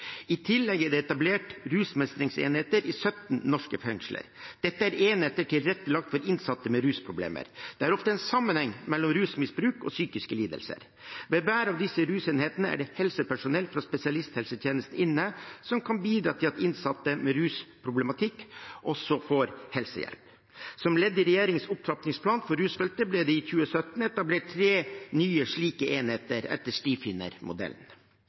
I tillegg er det etablert rusmestringsenheter i 17 norske fengsler. Dette er enheter tilrettelagt for innsatte med rusproblemer. Det er ofte en sammenheng mellom rusmisbruk og psykiske lidelser. Ved hver av disse rusenhetene er det helsepersonell fra spesialisthelsetjeneste inne som kan bidra til at innsatte med rusproblematikk også får helsehjelp. Som ledd i regjeringens opptrappingsplan for rusfeltet ble det i 2017 etablert tre nye slike enheter etter